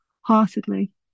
heartedly